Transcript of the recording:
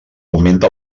augmenta